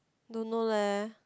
don't know leh